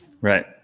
right